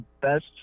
best